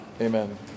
Amen